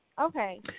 Okay